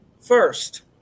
first